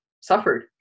suffered